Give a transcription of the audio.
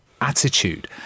attitude